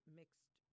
mixed